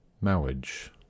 marriage